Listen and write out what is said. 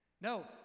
No